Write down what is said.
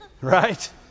Right